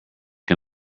can